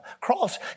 cross